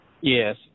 Yes